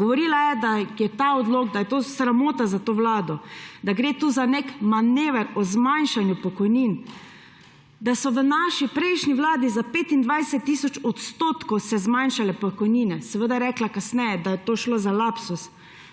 Govorila je, da je ta odlok sramota za to vlado, da gre tu za nek manever o zmanjšanju pokojnin, da so se v naši prejšnji vladi za 25 tisoč odstotkov zmanjšale pokojnine. Seveda je kasneje rekla, da je šlo za lapsus,